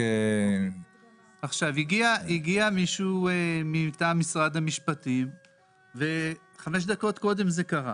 הגיע מישהו מטעם משרד המשפטים וזה קרה חמש דקות קודם.